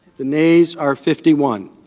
the nays are fifty one.